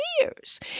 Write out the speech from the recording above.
years